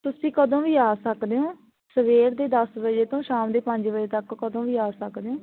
ਤੁਸੀਂ ਕਦੋਂ ਵੀ ਆ ਸਕਦੇ ਹੋ ਸਵੇਰ ਦੇ ਦਸ ਵਜੇ ਤੋਂ ਸ਼ਾਮ ਦੇ ਪੰਜ ਵਜੇ ਤੱਕ ਕਦੋਂ ਵੀ ਆ ਸਕਦੇ ਹੋ